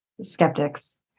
skeptics